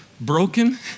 broken